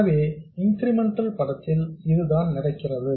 எனவே இன்கிரிமெண்டல் படத்தில் இதுதான் நடக்கிறது